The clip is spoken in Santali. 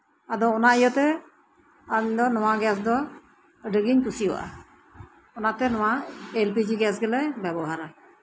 ᱟᱫᱚ ᱱᱚᱣᱟ ᱤᱭᱟᱹᱛᱮ ᱟᱞᱮ ᱫᱚ ᱱᱚᱣᱟ ᱜᱮᱥ ᱫᱚ ᱟᱹᱰᱤ ᱜᱤᱧ ᱠᱩᱥᱤᱭᱟᱜᱼᱟ ᱚᱱᱟᱛᱮ ᱱᱚᱣᱟ ᱮᱞ ᱯᱤ ᱡᱤ ᱜᱮᱞᱮ ᱵᱮᱵᱚᱦᱟᱨᱟ